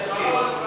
כמובן.